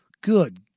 Good